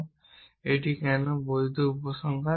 কেন এটি একটি বৈধ উপসংহার